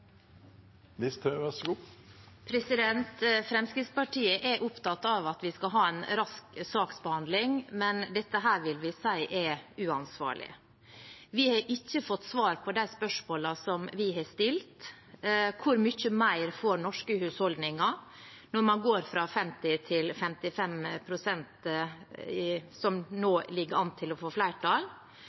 Listhaug har bedt om ordet. Fremskrittspartiet er opptatt av at vi skal ha en rask saksbehandling, men dette vil vi si er uansvarlig. Vi har ikke fått svar på de spørsmålene vi har stilt, om hvor mye mer norske husholdninger får når man går fra 50 til 55 pst., som nå ligger an til å få flertall.